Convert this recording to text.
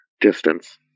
distance